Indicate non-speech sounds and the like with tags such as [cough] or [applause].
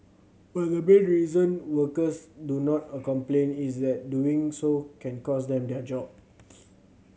but the main reason workers do not complain is that doing so can cost them their job [noise]